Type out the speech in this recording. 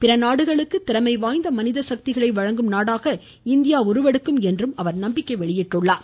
பிற நாடுகளுக்கு திறமை வாய்ந்த மனித சக்திகளை வழங்கும் நாடாக இந்தியா உருவெடுக்கும் என்றும் நம்பிக்கை வெளியிட்டுள்ளார்